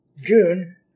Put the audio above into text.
June